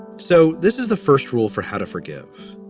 so this is the first rule for how to forgive.